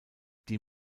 die